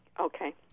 Okay